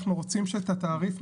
אנחנו רוצים שאת התעריף,